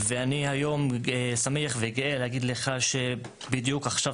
ואני היום שמח וגאה להגיד לך שבדיוק עכשיו,